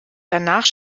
danach